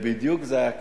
ובדיוק זה היה כך.